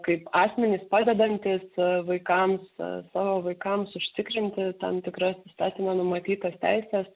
kaip asmenys padedantys vaikams savo vaikams užtikrinti tam tikras įstatymo numatytas teises